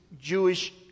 Jewish